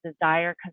desire